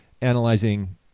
analyzing